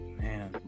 Man